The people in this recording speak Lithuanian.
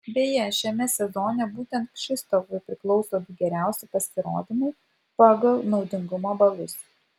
beje šiame sezone būtent kšištofui priklauso du geriausi pasirodymai pagal naudingumo balus